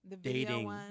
dating